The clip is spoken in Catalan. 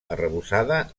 arrebossada